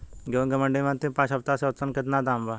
गेंहू के मंडी मे अंतिम पाँच हफ्ता से औसतन केतना दाम बा?